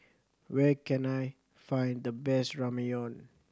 where can I find the best Ramyeon